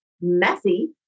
messy